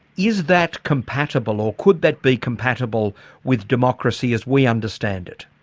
is that compatible or could that be compatible with democracy as we understand it?